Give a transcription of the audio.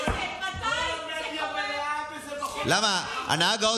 מה זה פופוליזם?